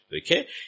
Okay